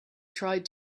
tried